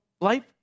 life